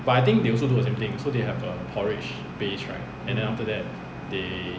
but I think they also do the same thing so they have a porridge base right and then after that they